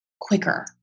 quicker